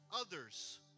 others